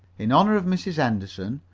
in honor of mrs. henderson,